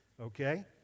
okay